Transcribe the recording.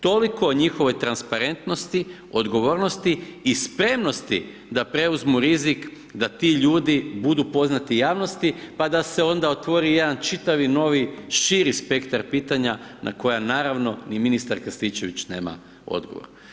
Toliko o njihovoj transparentnosti, odgovornosti i spremnosti da preuzmu rizik da ti ljudi budu poznati javnosti pa da se onda otvori jedan čitavi novi širi spektar pitanja na koja naravno ni ministar Krstičević nema odgovor.